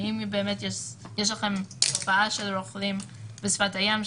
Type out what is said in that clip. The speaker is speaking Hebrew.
האם באמת יש לכם תופעה של רוכלים בשפת הים,